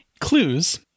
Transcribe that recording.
Clues